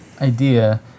idea